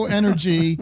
energy